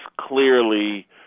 clearly